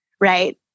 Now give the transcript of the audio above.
right